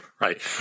Right